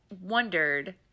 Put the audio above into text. wondered